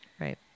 Right